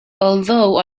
although